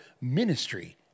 ministry